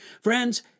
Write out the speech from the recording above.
Friends